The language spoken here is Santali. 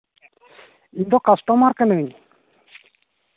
ᱤᱧ ᱫᱚ ᱠᱟᱥᱴᱚᱢᱟᱨ ᱠᱟᱹᱱᱟᱹᱧ